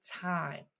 time